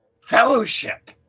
fellowship